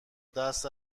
دست